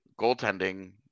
goaltending